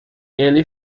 ele